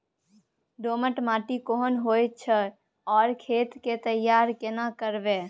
दोमट माटी केहन होय छै आर खेत के तैयारी केना करबै?